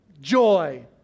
joy